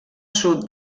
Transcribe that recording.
sud